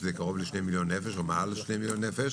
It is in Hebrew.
שזה קרוב ל-2 מיליון נפש או מעל ל-2 מיליון נפש.